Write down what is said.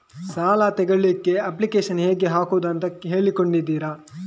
ಸಾಲ ತೆಗಿಲಿಕ್ಕೆ ಅಪ್ಲಿಕೇಶನ್ ಹೇಗೆ ಹಾಕುದು ಅಂತ ಹೇಳಿಕೊಡ್ತೀರಾ?